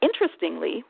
Interestingly